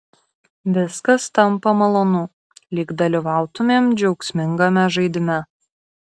viskas tampa malonu lyg dalyvautumėm džiaugsmingame žaidime